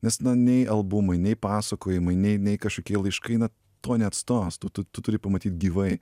nes nei albumai nei pasakojimai nei nei kažkokie laiškai na to neatstos tu tu tu turi pamatyt gyvai